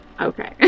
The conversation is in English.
okay